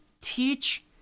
Teach